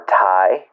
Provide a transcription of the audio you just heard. tie